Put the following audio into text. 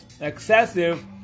excessive